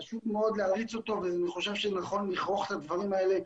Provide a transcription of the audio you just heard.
חשוב מאוד להריץ אותו ואני חושב שנכון לכרוך את הדברים האלה,